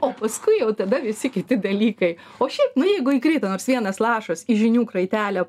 o paskui jau tada visi kiti dalykai o šiaip nu jeigu įkrito nors vienas lašas į žinių kraitelę